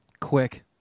quick